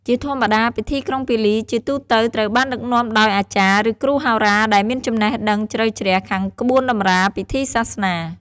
ជាធម្មតាពិធីក្រុងពាលីជាទូទៅត្រូវបានដឹកនាំដោយ អាចារ្យ ឬគ្រូហោរា ដែលមានចំណេះដឹងជ្រៅជ្រះខាងក្បួនតម្រាពិធីសាសនា។